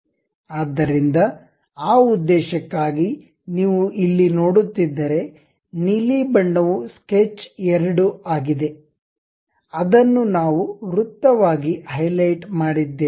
ಆದ್ದರಿಂದ ಆ ಉದ್ದೇಶಕ್ಕಾಗಿ ನೀವು ಇಲ್ಲಿ ನೋಡುತ್ತಿದ್ದರೆ ನೀಲಿ ಬಣ್ಣವು ಸ್ಕೆಚ್ 2 ಆಗಿದೆ ಅದನ್ನು ನಾವು ವೃತ್ತವಾಗಿ ಹೈಲೈಟ್ ಮಾಡಿದ್ದೇವೆ